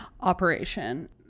operation